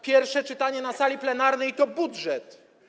Pierwsze czytanie na sali plenarnej to budżet.